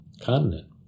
continent